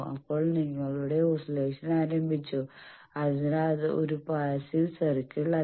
അപ്പോൾ നിങ്ങളുടെ ഓസ്ല്ലേഷൻസ് ആരംഭിച്ചു അതിനാൽ അത് ഒരു പാസ്സീവ് സർക്കിൾ അല്ല